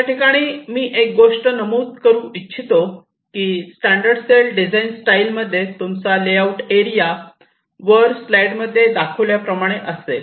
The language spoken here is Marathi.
याठिकाणी मी एक गोष्ट नमूद करू इच्छितो स्टॅंडर्ड सेल डिझाईन स्टाईल मध्ये तुमचा लेआउट एरिया वर स्लाईड मध्ये दाखविल्याप्रमाणे असेल